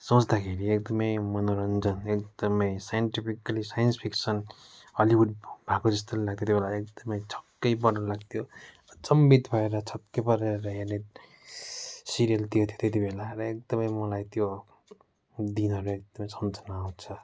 सोँच्दाखेरि एकदमै मनोरन्जन एकदमै साइनटिफिक्ली साइन्स फिक्सन हलिहुड भएको जस्तो नि लाग्थ्यो त्यतिबेला एकदमै छक्कै पर्नु लाग्थ्यो अचम्भित भएर छक्कै परेर हेर्ने सिरियल त्यो थियो त्यतिबेला र एकदमै मलाई त्यो दिनहरू एकदमै सम्झना आउँछ